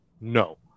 No